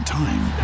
time